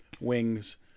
wings